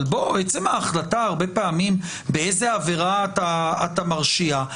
אבל עצם ההחלטה הרבה פעמים באיזה עבירה אתה מרשיע,